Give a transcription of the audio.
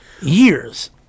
years